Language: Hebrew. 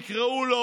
וכמה חברי כנסת,